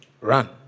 run